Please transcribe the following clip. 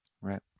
Right